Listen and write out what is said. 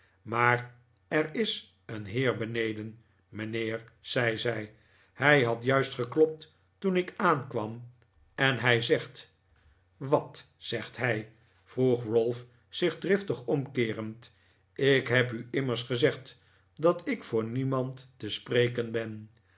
maar er is een heer beneden mijnheer zei zij hij had juist geklopt toen ik aankwam en hij zegt wat zegt hij vroeg ralph zich driftig omkeerend ik heb u immers gezegd dat ik voor niemand te spreken ben